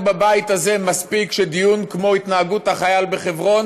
שבענו בבית הזה מספיק מכך שדיון כמו התנהגות החייל בחברון